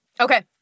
Okay